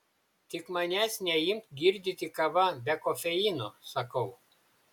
tik manęs neimk girdyti kava be kofeino sakau